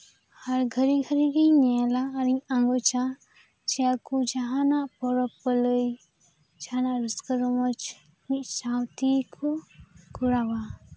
ᱟᱨ ᱜᱷᱟᱹᱲᱤ ᱜᱷᱟᱹᱲᱤ ᱜᱤᱧ ᱧᱮᱞᱟ ᱟᱨᱤᱧ ᱟᱸᱜᱚᱡᱟ ᱥᱮ ᱟᱠᱚ ᱡᱟᱦᱟᱱᱟᱜ ᱯᱚᱨᱚᱵᱽ ᱯᱟᱹᱞᱟᱹᱭ ᱨᱟᱹᱥᱠᱟᱹ ᱨᱚᱢᱚᱡ ᱢᱤᱫ ᱥᱟᱶ ᱛᱮᱠᱚ ᱠᱚᱨᱟᱣᱟ